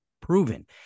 proven